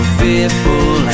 fearful